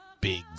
big